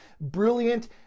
brilliant